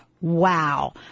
wow